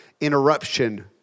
interruption